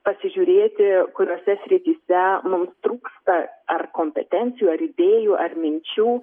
pasižiūrėti kuriose srityse mums trūksta ar kompetencijų ar idėjų ar minčių